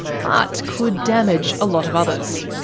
but could damage a lot of others.